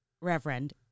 Reverend